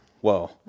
Whoa